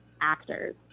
actors